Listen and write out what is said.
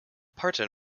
parton